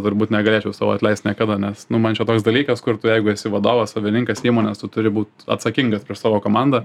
turbūt negalėčiau sau atleist niekada nes nu man čia toks dalykas kur tu jeigu esi vadovas savininkas įmonės turi būt atsakingas prieš savo komandą